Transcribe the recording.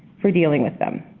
for dealing with them.